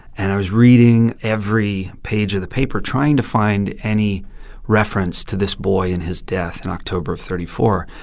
and i was reading every page of the paper trying to find any reference to this boy and his death in october of zero three four.